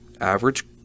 average